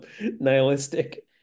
nihilistic